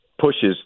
pushes